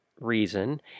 reason